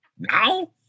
Now